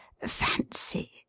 Fancy